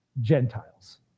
Gentiles